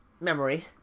memory